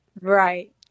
Right